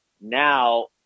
now